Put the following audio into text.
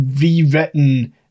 rewritten